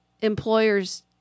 employers